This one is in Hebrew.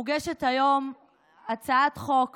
מוגשת היום הצעת חוק